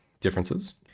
differences